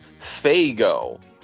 Fago